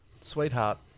Sweetheart